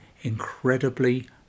incredibly